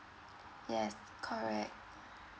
yes correct